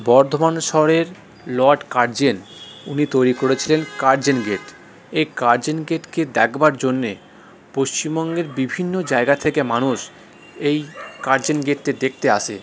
বর্ধমান শহরের lord Curzon উনি তৈরি করেছিলেন কার্জন গেট এই কার্জন গেটকে দেখবার জন্যে পশ্চিমবঙ্গের বিভিন্ন জায়গা থেকে মানুষ এই কার্জন গেটকে দেখতে আসে